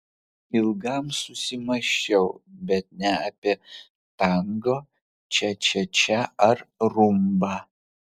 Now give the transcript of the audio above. ilgam susimąsčiau bet ne apie tango čia čia čia ar rumbą